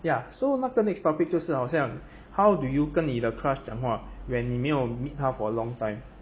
ya so 那个 next topic 就是好像 how do you 跟你的 crush 讲话 when 你没有 meet 她 for a long time